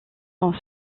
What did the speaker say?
sont